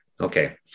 Okay